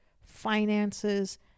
finances